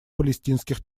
палестинских